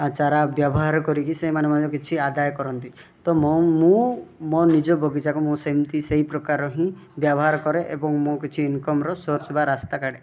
ଆ ଚାରା ବ୍ୟବହାର କରିକି ସେମାନେ ମଧ୍ୟ କିଛି ଆଦାୟ କରନ୍ତି ତ ମୁଁ ମୁଁ ମୋ ନିଜ ବଗିଚାକୁ ମୁଁ ସେମତି ସେଇ ପ୍ରକାର ହିଁ ବ୍ୟବହାର କରେ ଏବଂ ମୁଁ କିଛି ଇନ୍କମ୍ର ସୋର୍ସ୍ ବା ରାସ୍ତା କାଢ଼େ